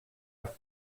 have